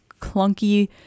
clunky